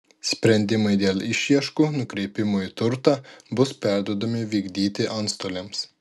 sprendimai dėl išieškų nukreipimo į turtą bus perduodami vykdyti antstoliams